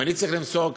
אם אני צריך למסור,